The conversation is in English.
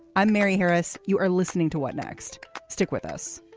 i'm mary harris. you are listening to what next. stick with us